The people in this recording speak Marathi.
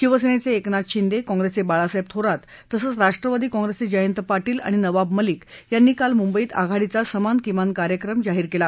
शिवसेनेचे एकनाथ शिंदे काँग्रेसचे बाळासाहेब थोरात तसंच राष्ट्रवादी काँप्रेसचे जयंत पाटील आणि नवाब मलिक यांनी काल मुंबईत आघाडीचा समान किमान कार्यक्रम जाहीर केला